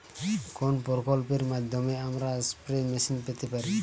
কোন প্রকল্পের মাধ্যমে আমরা স্প্রে মেশিন পেতে পারি?